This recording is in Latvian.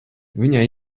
viņai